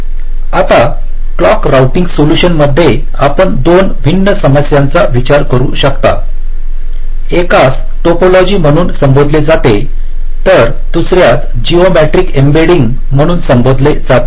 आता या clock routing solution मध्ये आपण 2 भिन्न समस्या चा विचार करू शकता एकास टोपोलॉजी म्हणून संबोधले जाते तर दुसर्यास जिओमेट्रिक एम्बेडिंग म्हणून संबोधले जाते